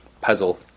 puzzle